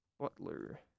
Butler